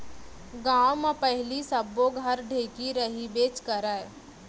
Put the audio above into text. गॉंव म पहिली सब्बो घर ढेंकी रहिबेच करय